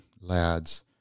lads